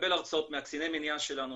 לקבל הרצאות מקציני המניעה שלנו,